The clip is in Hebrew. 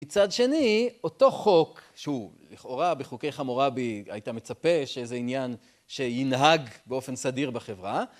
מצד שני, אותו חוק שהוא לכאורה בחוקי חמורבי היית מצפה שאיזה עניין שינהג באופן סדיר בחברה.